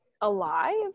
alive